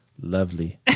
Lovely